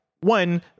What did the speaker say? one